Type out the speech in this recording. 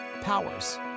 powers